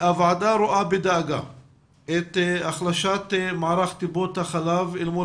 הוועדה רואה בדאגה את החלשת מערך טיפות החלב אל מול